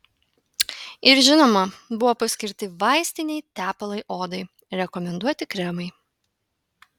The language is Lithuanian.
ir žinoma buvo paskirti vaistiniai tepalai odai rekomenduoti kremai